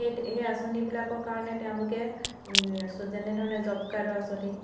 সেই সেই আঁচনিবিলাকৰ কাৰণে তেওঁলোকে যেনেধৰণে জব কাৰ্ডৰ আঁচনি